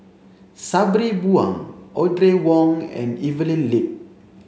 Sabri Buang Audrey Wong and Evelyn Lip